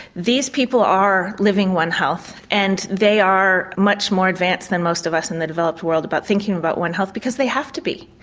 these people are living one health and they are much more advanced than most of us in the developed world about thinking about one health because they have to be.